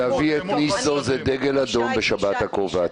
להביא את ניסו זה דגל אדום בשבת הקרובה,